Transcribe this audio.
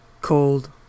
cold